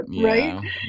right